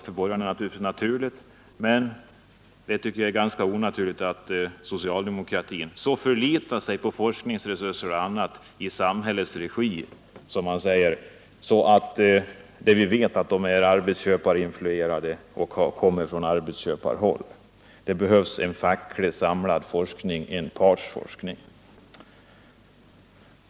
För borgarna är det givetvis naturligt, men det är ganska onaturligt att socialdemokratin så förlitar sig på forskningsresurser och annat i samhällets regi, som man säger, när vi vet att de är arbetsköparinfluerade och kommer från arbetsköparhåll. Det behövs en fackligt samlad forskning, en partsforskning.